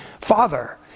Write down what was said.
father